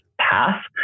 path